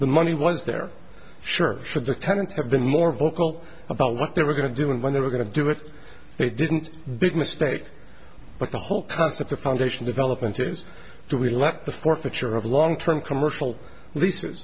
the money was there sure should the tenants have been more vocal about what they were going to do and when they were going to do it they didn't big mistake but the whole concept of foundation development is do we let the forfeiture of long term commercial leases